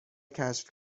کشف